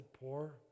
poor